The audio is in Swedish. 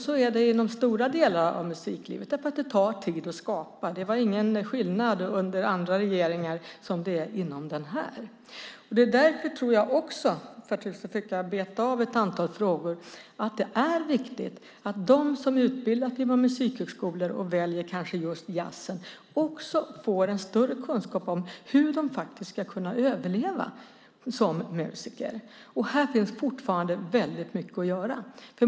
Så är det inom stora delar av musiklivet. Det tar tid att skapa. Det var inte annorlunda under andra regeringar mot vad det är under den här. Jag ska försöka beta av ett antal frågor. Jag tror också att det är viktigt att de som utbildas vid våra musikhögskolor och väljer just jazzen får en större kunskap om hur de faktiskt ska kunna överleva som musiker. Här finns fortfarande mycket att göra.